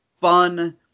fun